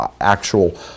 actual